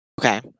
Okay